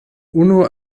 unu